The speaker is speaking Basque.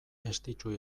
estitxu